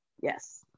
Yes